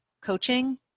coaching